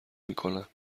میکنن